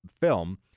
film